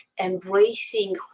embracing